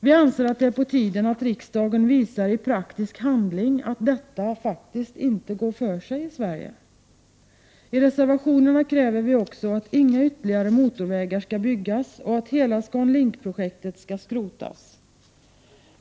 Vi anser att det är på tiden att riksdagen i praktisk handling visar att detta faktiskt inte går för sig i Sverige. I reservationerna kräver vi också att inga ytterligare motorvägar skall byggas och att hela ScanLink-projektet skall skrotas.